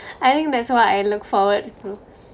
I think that's what I look forward to